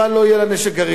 לא יהיה לה נשק גרעיני,